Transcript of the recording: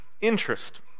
interest